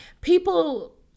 people